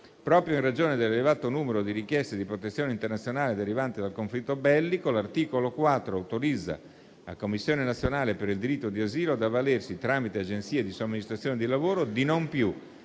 Proprio in ragione dell'elevato numero di richieste di protezione internazionale derivante dal conflitto bellico, l'articolo 4 autorizza la Commissione nazionale per il diritto di asilo di avvalersi, tramite agenzie di somministrazione di lavoro, di non più